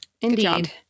Indeed